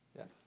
Yes